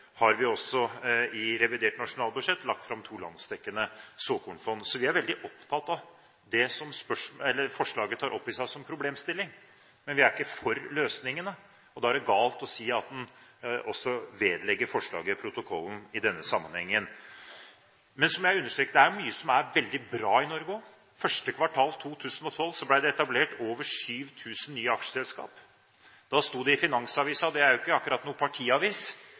har vi i revidert nasjonalbudsjett lagt fram to landsdekkende såkornfond. Så vi er veldig opptatt av det forslaget tar opp i seg som problemstilling, men vi er ikke for løsningene. Da er det galt å vedlegge forslaget protokollen i denne sammenhengen. Men – som jeg understreket: Det er mye som er veldig bra i Norge. Første kvartal 2012 ble det etablert over 7 000 nye aksjeselskap. Da sto det i Finansavisen – det er jo ikke akkurat noen partiavis